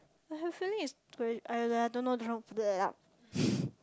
but hopefully is sorry I I don't I don't know